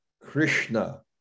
Krishna